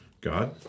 God